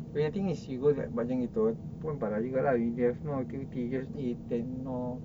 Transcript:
but the thing is you go macam gitu pun parah juga lah we have no activity just eat then no